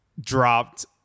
dropped